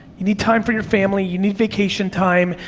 you need time for your family, you need vacation time,